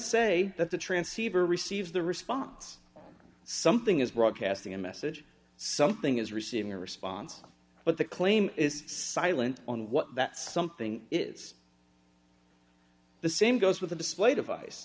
say that the transceiver receives the response something is broadcasting a message something is receiving a response but the claim is silent on what that something is the same goes with the display device